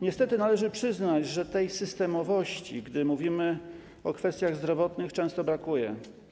Niestety należy przyznać, że tej systemowości, gdy mówimy o kwestiach zdrowotnych, często brakuje.